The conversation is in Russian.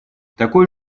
такой